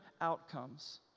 outcomes